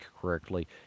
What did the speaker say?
correctly